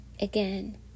Again